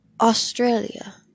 Australia